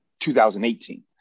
2018